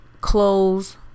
close